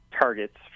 targets